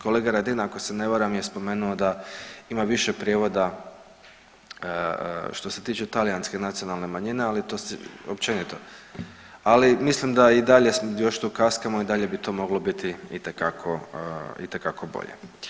Kolega Radin je ako se ne varam spomenuo da ima više prijevoda što se tiče talijanske nacionalne manjine ali to se, općenito, ali mislim da i dalje još tu kaskamo i dalje bi to moglo biti itekako, itekako bolje.